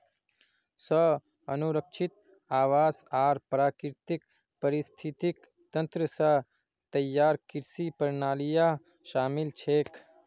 स्व अनुरक्षित आवास आर प्राकृतिक पारिस्थितिक तंत्र स तैयार कृषि प्रणालियां शामिल छेक